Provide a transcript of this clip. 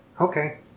okay